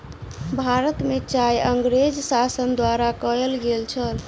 भारत में चाय अँगरेज़ शासन द्वारा कयल गेल छल